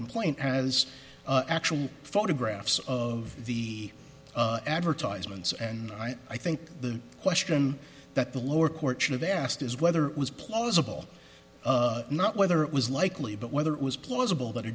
complaint as actual photographs of the advertisements and i think the question that the lower court should have asked is whether it was plausible not whether it was likely but whether it was plausible that a